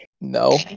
No